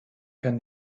kann